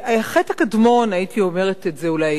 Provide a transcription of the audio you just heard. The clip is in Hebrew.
החטא הקדמון, הייתי אומרת את זה אולי כך,